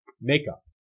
makeup